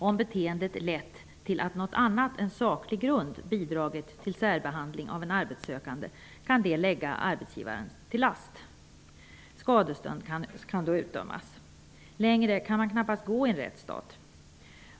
Om beteendet lett till att något annat än saklig grund bidragit till särbehandling av en arbetssökande, kan detta läggas arbetsgivaren till last. Skadestånd kan då utdömas. Längre kan man knappast gå i en rättsstat.